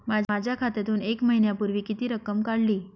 माझ्या खात्यातून एक महिन्यापूर्वी किती रक्कम काढली?